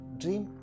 dream